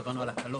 דיברנו על הקלות.